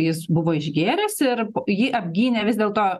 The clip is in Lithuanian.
jis buvo išgėręs ir jį apgynė vis dėlto